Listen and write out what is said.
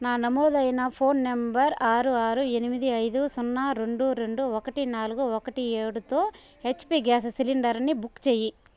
నా నమోదైన phone number ఆరు ఆరు ఎనిమిది ఐదు సున్నా రెండు రెండు ఒకటి నాలుగు ఒకటి ఏడుతో హెచ్పి గ్యాస్ సిలిండరుని బుక్ చెయ్యి